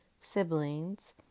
siblings